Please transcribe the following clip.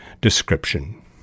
description